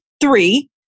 three